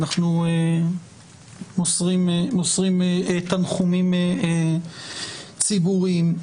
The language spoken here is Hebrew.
אנחנו מוסרים תנחומים ציבוריים.